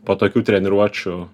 po tokių treniruočių